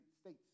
states